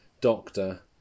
doctor